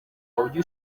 ujye